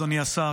אדוני השר,